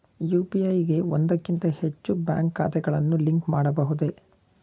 UPI ಗೆ ಒಂದಕ್ಕಿಂತ ಹೆಚ್ಚು ಬ್ಯಾಂಕ್ ಖಾತೆಗಳನ್ನು ಲಿಂಕ್ ಮಾಡಬಹುದೇ?